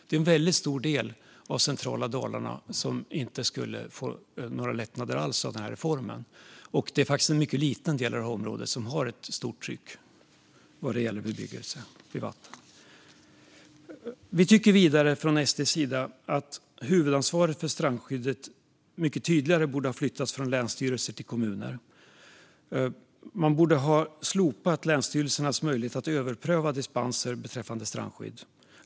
Det är en väldigt stor del av centrala Dalarna som inte skulle få några lättnader alls genom denna reform. Men det är faktiskt en mycket liten del av detta område som har ett stort tryck vad gäller bebyggelse vid vatten. SD tycker vidare att huvudansvaret för strandskyddet mycket tydligare borde ha flyttats från länsstyrelser till kommuner. Man borde ha slopat länsstyrelsernas möjlighet att överpröva dispenser beträffande strandskydd.